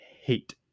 hate